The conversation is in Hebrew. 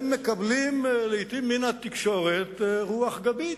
הם מקבלים לעתים מן התקשורת רוח גבית.